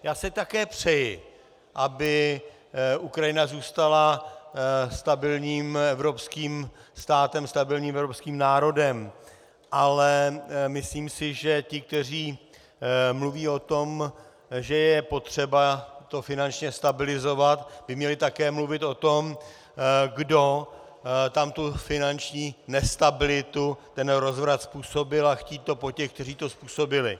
Já si také přeji, aby Ukrajina zůstala stabilním evropským státem, stabilním evropským národem, ale myslím si, že ti, kteří mluví o tom, že je potřeba to finančně stabilizovat, by měli také mluvit o tom, kdo tam tu finanční nestabilitu, ten rozvrat, způsobil, a chtít to po těch, kteří to způsobili.